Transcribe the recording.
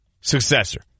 successor